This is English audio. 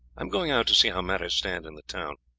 am going out to see how matters stand in the town.